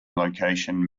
location